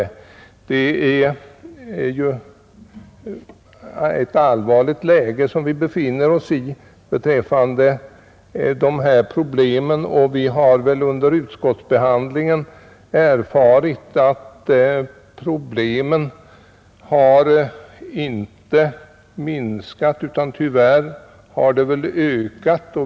Vi befinner oss ju i ett allvarligt läge beträffande dessa problem, och vi har under utskottsbehandlingen erfarit att problemen inte minskat utan tvärtom ökat.